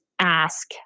ask